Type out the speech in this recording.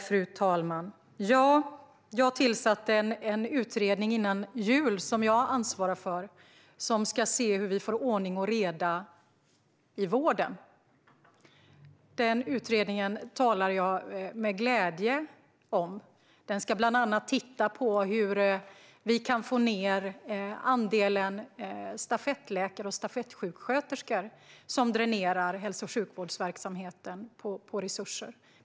Fru talman! Jag tillsatte en utredning före jul som jag ansvarar för och som ska se hur vi får ordning och reda i vården. Den utredningen talar jag med glädje om. Den ska bland annat titta på hur vi kan få ned andelen stafettläkare och stafettsjuksköterskor som dränerar hälso och sjukvårdsverksamheten på resurser.